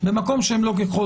"ככל שקיימים".